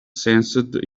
sensed